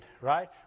right